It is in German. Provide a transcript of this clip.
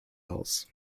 aus